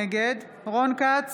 נגד רון כץ,